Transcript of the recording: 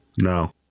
No